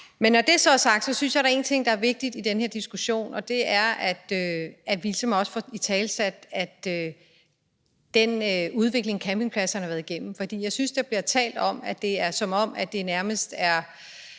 Men når det så er sagt, synes jeg, at der er én ting, der er vigtig i den her diskussion, og det er, at vi ligesom også får italesat den udvikling, campingpladserne har været igennem. For jeg synes, at der bliver talt om det, som om det nærmest er